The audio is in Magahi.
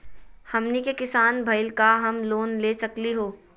हमनी के किसान भईल, का हम लोन ले सकली हो?